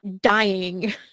dying